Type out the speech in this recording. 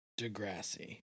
Degrassi